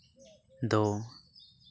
ᱫᱚ